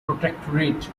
protectorate